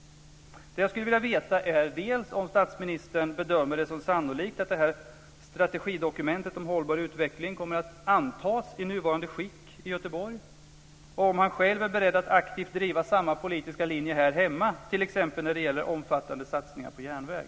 Det som jag skulle vilja veta är dels om statsministern bedömer det som sannolikt att detta strategidokument om hållbar utveckling kommer att antas i nuvarande skick i Göteborg, dels om han själv är beredd att aktivt driva samma politiska linje här hemma t.ex. när det gäller omfattande satsningar på järnväg.